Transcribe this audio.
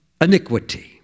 iniquity